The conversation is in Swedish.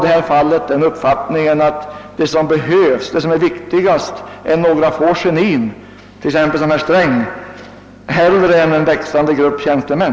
Men jag har den uppfattningen, att det är viktigare att vi får några få genier — tt.ex. sådana som herr Sträng — än en växande grupp tjänstemän.